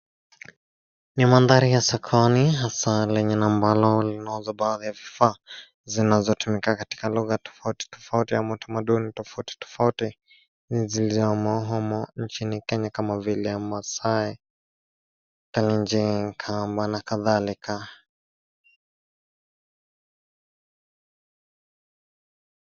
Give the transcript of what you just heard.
Ni mandhari ya sokoni , hasaa lenye ambalo linauza baadhi ya vifaa zinazotumika katika lugha tofauti tofauti ama utamaduni tofauti tofauti , zilizo humu nchini Kenya kama vile Maasai, Kalenjin , Kamba na kadhalika.